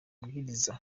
mabwiriza